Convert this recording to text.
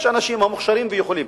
יש אנשים מוכשרים, והם יכולים.